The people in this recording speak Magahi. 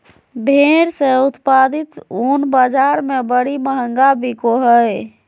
भेड़ से उत्पादित ऊन बाज़ार में बड़ी महंगा बिको हइ